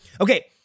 Okay